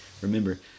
Remember